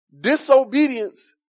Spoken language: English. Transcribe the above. Disobedience